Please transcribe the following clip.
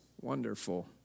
Wonderful